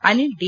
Anil D